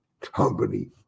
company